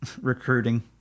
recruiting